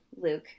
Luke